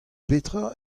petra